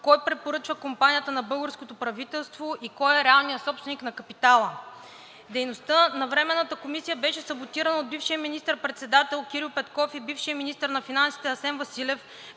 кой препоръчва компанията на българското правителство и кой е реалният собственик на капитала. Дейността на Временната комисия беше саботирана от бившия министър-председател Кирил Петков и бившия министър на финансите Асен Василев,